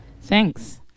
Thanks